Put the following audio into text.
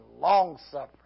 long-suffering